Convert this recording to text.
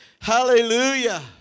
Hallelujah